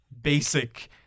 basic